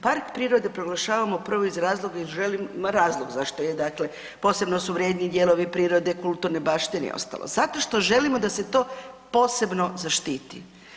Park prirode proglašavamo prvo iz razloga jer želim razlog zašto je, dakle posebno su vrijedni dijelovi prirode, kulturne baštine i ostalo, zato što želimo da se to posebno zaštiti.